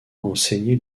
enseigné